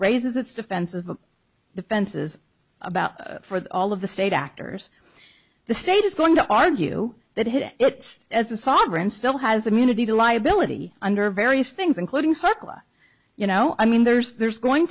raises its defense of defenses about for the all of the state actors the state is going to argue that it it as a sovereign still has immunity to liability under various things including circle you know i mean there's there's going